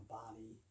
body